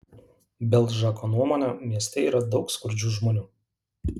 belžako nuomone mieste yra daug skurdžių žmonių